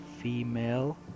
female